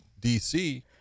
DC